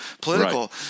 political